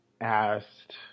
asked